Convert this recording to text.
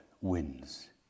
wins